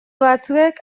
batzuek